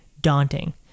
daunting